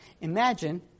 Imagine